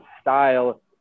style